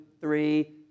three